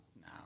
No